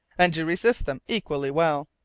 and you resist them equally well.